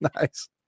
Nice